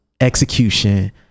execution